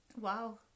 Wow